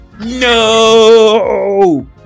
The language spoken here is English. No